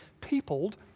peopled